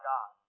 God